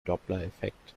dopplereffekt